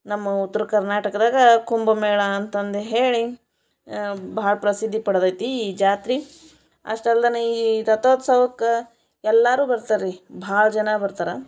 ನಮ್ಮ ಉತ್ರ ಕರ್ನಾಟಕದಾಗ ಕುಂಭಮೇಳ ಅಂತಂದು ಹೇಳಿ ಭಾಳ ಪ್ರಸಿದ್ದಿ ಪಡೆದೈತೆ ಈ ಜಾತ್ರೆ ಅಷ್ಟೇ ಅಲ್ದನೆ ಈ ರಥೋತ್ಸವಕ್ಕೆ ಎಲ್ಲರು ಬರ್ತಾರೆ ರೀ ಭಾಳ ಜನ ಬರ್ತಾರೆ